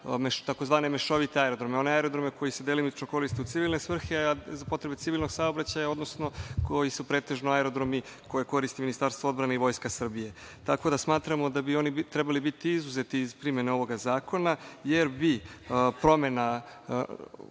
tzv. mešovite aerodrome, one aerodrome koji se delimično koriste u civilne svrhe, za potrebe civilnog saobraćaja, odnosno koji su pretežno aerodromi koje koristi Ministarstvo odbrane i Vojske Srbije. Tako da, smatramo da bi oni trebalo biti izuzeti iz primene ovog zakona, jer bi promena